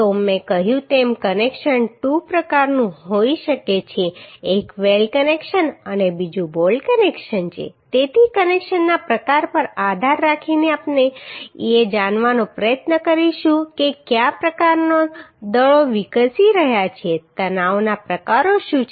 તો મેં કહ્યું તેમ કનેક્શન 2 પ્રકારનું હોઈ શકે છે એક વેલ્ડ કનેક્શન અને બીજું બોલ્ટ કનેક્શન છે તેથી કનેક્શનના પ્રકાર પર આધાર રાખીને આપણે એ જાણવાનો પ્રયત્ન કરીશું કે કયા પ્રકારના દળો વિકસી રહ્યા છે તણાવના પ્રકારો શું છે